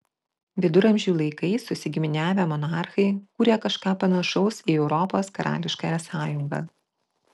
viduramžių laikais susigiminiavę monarchai kūrė kažką panašaus į europos karališkąją sąjungą